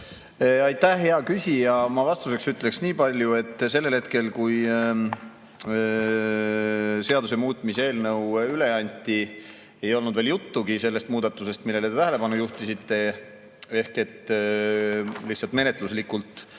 Aitäh, hea küsija! Ma vastuseks ütleksin nii palju, et sellel hetkel, kui seaduse muutmise eelnõu üle anti, ei olnud veel juttugi sellest muudatusest, millele te tähelepanu juhtisite. Lihtsalt menetluslikult